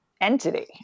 entity